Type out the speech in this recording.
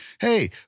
hey